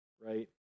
right